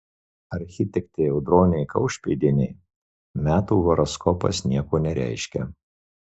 architektei audronei kaušpėdienei metų horoskopas nieko nereiškia